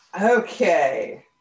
okay